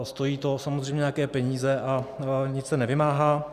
Stojí to samozřejmě nějaké peníze a nic se nevymáhá.